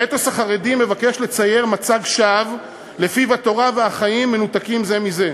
האתוס החרדי מבקש לצייר מצג שווא שלפיו התורה והחיים מנותקים זה מזה.